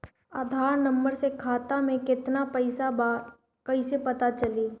आधार number से खाता में केतना पईसा बा ई क्ईसे पता चलि?